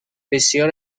بسیار